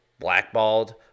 blackballed